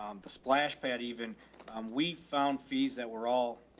um the splash pad, even um we found fees that were all,